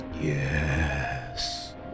Yes